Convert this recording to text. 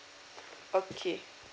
okay